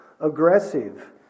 aggressive